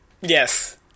Yes